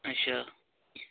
ਅੱਛਾ